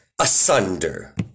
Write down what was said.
Asunder